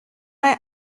bei